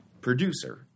producer